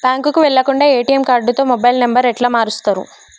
బ్యాంకుకి వెళ్లకుండా ఎ.టి.ఎమ్ కార్డుతో మొబైల్ నంబర్ ఎట్ల మారుస్తరు?